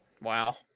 Wow